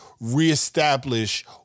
reestablish